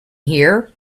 here